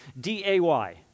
D-A-Y